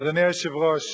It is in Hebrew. אדוני היושב-ראש,